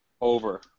over